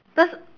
that's